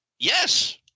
Yes